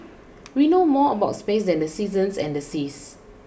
we know more about space than the seasons and the seas